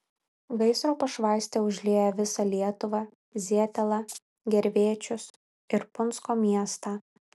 gaisro pašvaistė užlieja visą lietuvą zietelą gervėčius ir punsko miestą